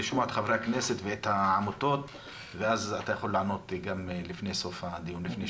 לשמוע את חברי הכנסת ואת העמותות ואז תוכל לענות לפני סוף הדיון.